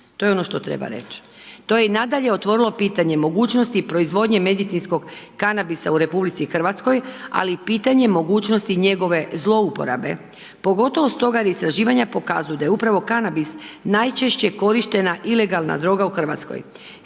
to je ono što treba reći. To je i nadalje otvorilo pitanje mogućnosti proizvodnje medicinskog kanabisa u RH ali i pitanje mogućosti njegove zlouporabe, pogotovo stoga jer istraživanja pokazuju da je upravo kanabis najčešće korištena ilegalna droga u Hrvatskoj.